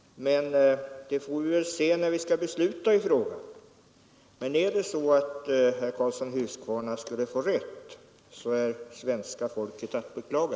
Det får vi väl se när vi skall besluta i frågan. Skulle herr Karlsson få rätt är svenska folket att beklaga.